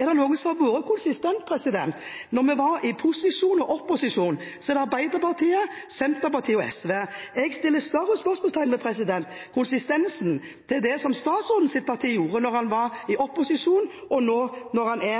er noen som har vært konsistente – i både posisjon og opposisjon – er det Arbeiderpartiet, Senterpartiet og SV. Jeg setter større spørsmålstegn ved konsistensen til det som statsrådens parti gjorde da han var i